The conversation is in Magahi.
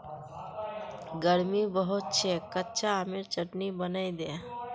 गर्मी बहुत छेक कच्चा आमेर चटनी बनइ दे